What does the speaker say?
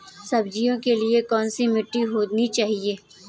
सब्जियों के लिए कैसी मिट्टी होनी चाहिए?